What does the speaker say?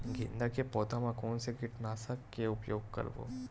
गेंदा के पौधा म कोन से कीटनाशक के उपयोग करबो?